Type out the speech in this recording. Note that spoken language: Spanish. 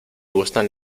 gustan